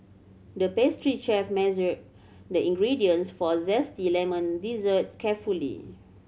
the pastry chef measured the ingredients for zesty lemon dessert carefully